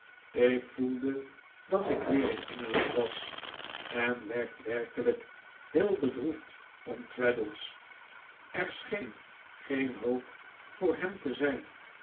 ik voelde dat ik weer in engeland was en werd werkelijk heel bedroefd om traddles er scheen geen hoop voor hem te zijn